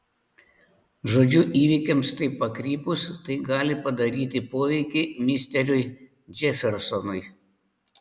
žodžiu įvykiams taip pakrypus tai gali padaryti poveikį misteriui džefersonui